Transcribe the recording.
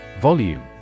Volume